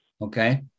Okay